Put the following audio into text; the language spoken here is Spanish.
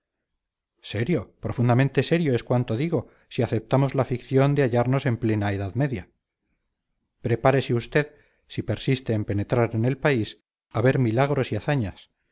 serio profundamente serio es cuanto digo si aceptamos la ficción de hallarnos en plena edad media prepárese usted si persiste en penetrar en el país a ver milagros y hazañas